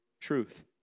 truth